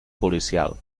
policial